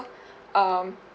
um